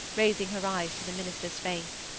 raising her eyes to the minister's face.